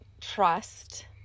trust